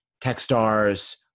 Techstars